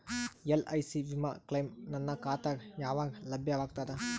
LIC ವಿಮಾ claim ನನ್ನ ಖಾತಾಗ ಯಾವಾಗ ಲಭ್ಯವಾಗತದ?